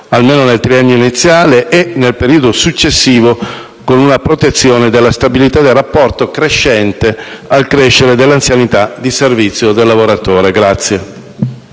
almeno nel triennio iniziale, e nel periodo successivo con una protezione della stabilità del rapporto crescente al crescere dell'anzianità di servizio del lavoratore.